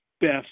best